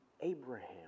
Abraham